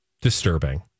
disturbing